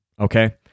Okay